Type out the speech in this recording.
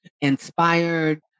inspired